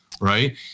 Right